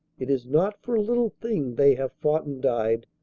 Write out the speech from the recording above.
it is not for a little thing they have fought and died.